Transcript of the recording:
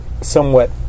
somewhat